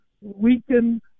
weaken